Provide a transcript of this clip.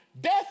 death